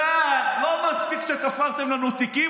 לא מספיק שתפרתם לנו תיקים,